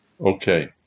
okay